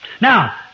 Now